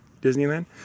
Disneyland